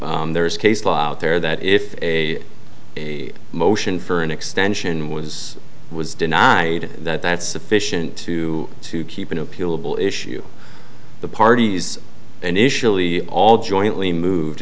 but there is case law out there that if a a motion for an extension was was denied that that's sufficient to to keep an appealable issue the parties initially all jointly moved